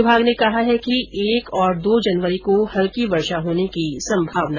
विभाग ने कहा है कि एक ओर दो जनवरी को हल्की वर्षा होने की भी संभावना है